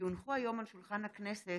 כי הונחו היום על שולחן הכנסת